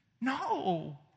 No